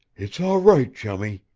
it's all right, chummie!